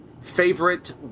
favorite